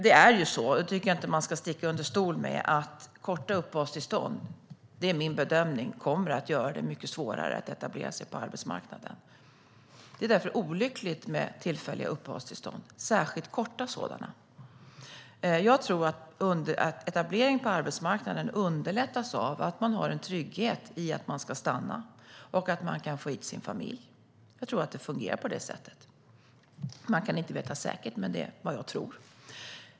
Det är så, och det tycker jag inte att man ska sticka under stol med, att korta uppehållstillstånd - och detta är min bedömning - kommer att göra det mycket svårare att etablera sig på arbetsmarknaden. Det är därför olyckligt med tillfälliga uppehållstillstånd, särskilt korta sådana. Jag tror att etablering på arbetsmarknaden underlättas av att man har en trygghet i att man ska stanna och att man kan få hit sin familj. Jag tror att det fungerar på det sättet. Man kan inte veta säkert, men det är vad jag tror.